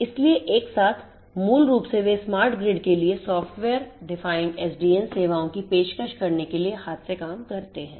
इसलिए एक साथ मूल रूप से वे स्मार्ट ग्रिड के लिए सॉफ्टवेयर परिभाषित SDN सेवाओं की पेशकश करने के लिए हाथ से काम करते हैं